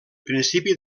principi